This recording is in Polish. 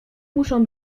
muszą